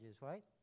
right